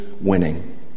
Winning